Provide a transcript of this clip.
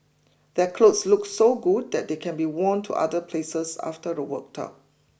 their clothes look so good that they can be worn to other places after a workout